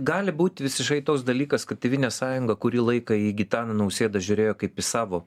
gali būt visiškai toks dalykas kad tėvynės sąjunga kurį laiką į gitaną nausėdą žiūrėjo kaip į savo